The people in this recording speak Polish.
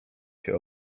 się